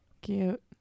Cute